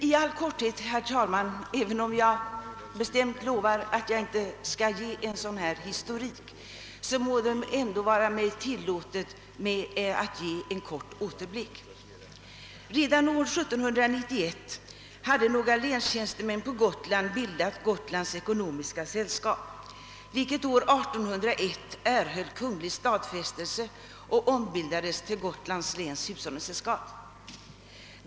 I all korthet, herr talman — jag lovar bestämt att jag inte skall ge en sådan historik — må det ändå vara mig tilllåtet att göra en återblick. Redan år 1791 hade några länstjänstemän på Gotland bildat Gotlands ekonomiska sällskap, vilket år 1801 erhöll kunglig stadfästelse och ombildades till Gotlands läns hushållningssällskap.